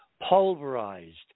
pulverized